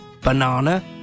banana